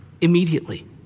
immediately